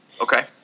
Okay